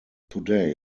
today